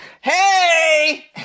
Hey